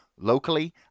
locally